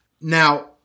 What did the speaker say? Now